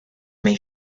may